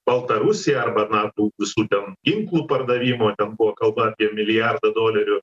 baltarusija arba na tų visų ten ginklų pardavimo ten buvo kalba apie milijardą dolerių